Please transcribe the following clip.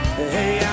Hey